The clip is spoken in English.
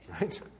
right